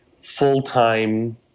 full-time